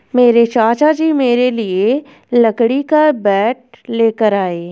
मेरे चाचा जी मेरे लिए लकड़ी का बैट लेकर आए